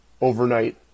overnight